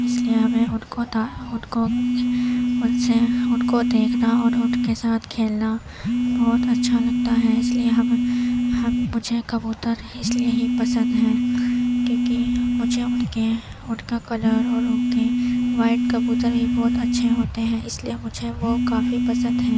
اِس لیے ہمیں اُن کو دانا اُن کو اُن سے اُن کو دیکھنا اور اُن کے ساتھ کھیلنا بہت اچھا لگتا ہے اِس لیے ہم ہم مجھے کبوتر اِس لیے ہی پسند ہیں کیونکہ مجھے اُن کے اُن کا کلر اور اُن کی وائٹ کبوتر ہی بہت اچھے ہوتے ہیں اِس لیے مجھے وہ کافی پسند ہیں